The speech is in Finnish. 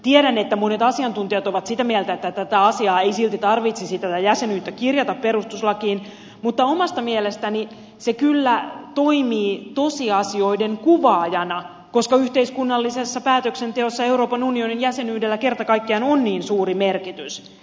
tiedän että monet asiantuntijat ovat sitä mieltä että tätä jäsenyyttä ei silti tarvitsisi kirjata perustuslakiin mutta omasta mielestäni se kyllä toimii tosiasioiden kuvaajana koska yhteiskunnallisessa päätöksenteossa euroopan unionin jäsenyydellä kerta kaikkiaan on niin suuri merkitys